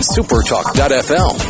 Supertalk.fl